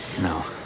No